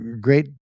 great